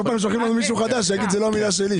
כל פעם שולחים לנו מישהו חדש שיגיד זו לא המילה שלי.